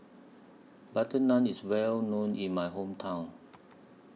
Butter Naan IS Well known in My Hometown